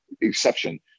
exception